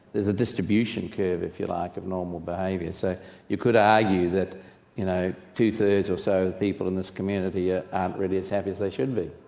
there's a distribution curve if you like of normal behaviour. so you could argue that you know two thirds of so of people in this community ah aren't really as happy as they should be.